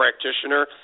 practitioner